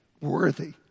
worthy